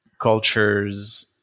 cultures